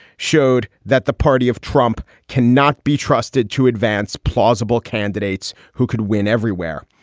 showed that the party of trump cannot be trusted to advance plausible candidates who could win everywhere.